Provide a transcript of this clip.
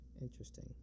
interesting